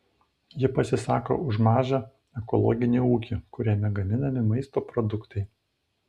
ji pasisako už mažą ekologinį ūkį kuriame gaminami maisto produktai